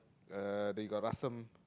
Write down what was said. uh then you got assam